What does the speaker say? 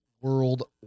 world